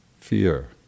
fear